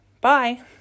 Bye